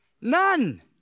None